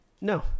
no